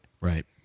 Right